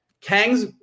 Kang's